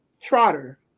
Trotter